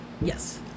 Yes